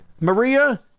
Maria